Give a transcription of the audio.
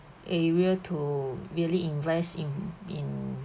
area to really invest in in